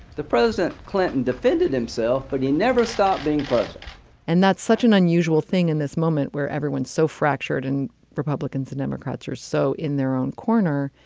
the president clinton defended himself, but he never stopped being bush and that's such an unusual thing in this moment where everyone's so fractured and republicans and democrats are so in their own corner.